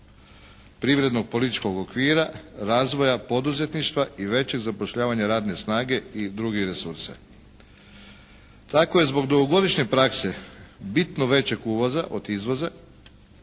privrednog političkog okvira, razvoja poduzetništva i većeg zapošljavanja radne snage i druge resurse. Tako je zbog dugogodišnje prakse, bitno većeg uvoza od izvoza